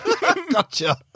Gotcha